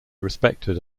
respected